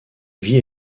vit